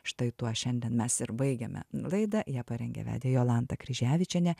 štai tuo šiandien mes ir baigiame laidą ją parengė vedė jolanta kryževičienė